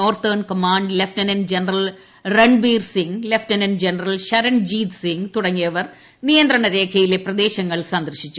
northern command lieutenant general Ranbir Singh lieutenant general Sharanjeet Singh തുടങ്ങിയവർ നിയന്ത്രണ രേഖയിലെ പ്രദേശങ്ങൾ സന്ദർശിച്ചു